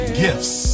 gifts